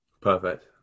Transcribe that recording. perfect